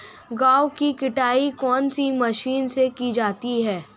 गेहूँ की कटाई कौनसी मशीन से की जाती है?